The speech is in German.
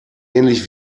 ähnlich